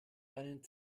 deinen